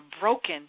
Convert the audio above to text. broken